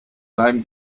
bleiben